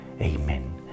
Amen